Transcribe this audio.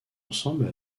ensemble